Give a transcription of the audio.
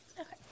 okay